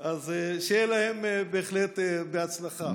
אז שיהיה להם בהחלט בהצלחה.